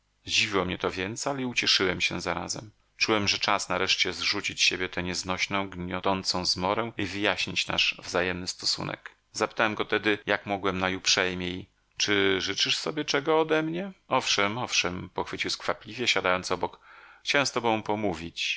zdziwiło mnie to więc ale i ucieszyło zarazem czułem że czas nareszcie zrzucić z siebie tę nieznośną gniotącą zmorę i wyjaśnić nasz wzajemny stosunek zapytałem go tedy jak mogłem najuprzejmiej czy życzysz sobie czego odemnie owszem owszem podchwycił skwapliwie siadając obok chciałem z tobą pomówić